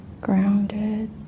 grounded